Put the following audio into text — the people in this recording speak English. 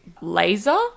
laser